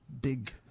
big